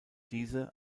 diese